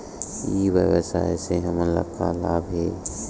ई व्यवसाय से हमन ला का लाभ हे?